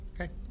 Okay